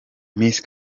miss